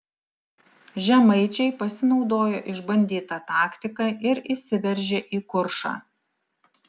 žemaičiai pasinaudojo išbandyta taktika ir įsiveržė į kuršą